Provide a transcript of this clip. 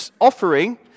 offering